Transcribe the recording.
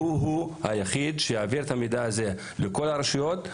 והוא יהיה היחיד שיעביר את המידע הזה לכל הרשויות,